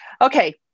Okay